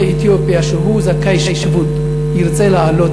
אתיופיה שהוא זכאי שבות ירצה לעלות,